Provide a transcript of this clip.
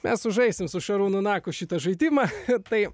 mes sužaisim su šarūnu naku šitą žaidimą tai